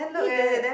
made the